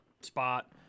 spot